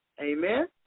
Amen